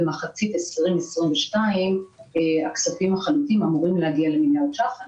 במחצית 2022 הכספים החלוטים אמורים להגיע למיליארד ש"ח.